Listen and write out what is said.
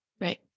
Right